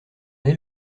elle